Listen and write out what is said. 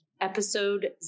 episode